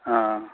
অঁ